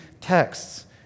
texts